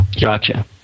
Gotcha